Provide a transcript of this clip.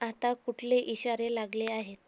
आता कुठले इशारे लागले आहेत